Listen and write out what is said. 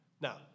Now